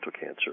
cancer